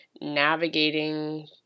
navigating